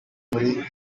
muri